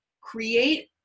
create